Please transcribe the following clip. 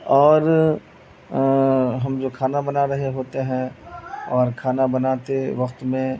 اور ہم جو کھانا بنا رہے ہوتے ہیں اور کھانا بناتے وقت میں